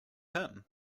him